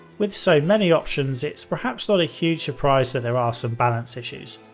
with so many options, it's perhaps not a huge surprise that there are some balance issues.